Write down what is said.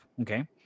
Okay